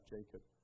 Jacob